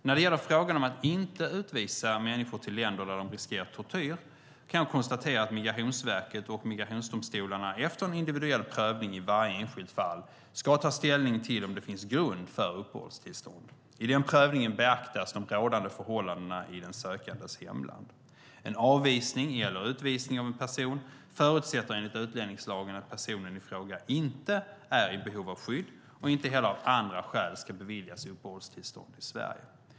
När det gäller frågan om att inte utvisa människor till länder där de riskerar tortyr kan jag konstatera att Migrationsverket och migrationsdomstolarna efter en individuell prövning i varje enskilt fall ska ta ställning till om det finns grund för uppehållstillstånd. I den prövningen beaktas de rådande förhållandena i den sökandes hemland. En avvisning eller utvisning av en person förutsätter enligt utlänningslagen att personen i fråga inte är i behov av skydd och inte heller av andra skäl ska beviljas uppehållstillstånd i Sverige.